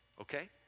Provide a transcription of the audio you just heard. Okay